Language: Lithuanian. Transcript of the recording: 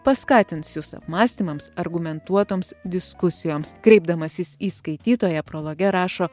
paskatins jus apmąstymams argumentuotoms diskusijoms kreipdamasis į skaitytoją prologe rašo